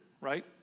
right